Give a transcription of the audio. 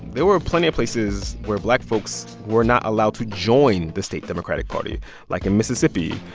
there were plenty of places where black folks were not allowed to join the state democratic party like in mississippi,